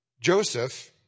Joseph